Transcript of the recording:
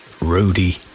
Rudy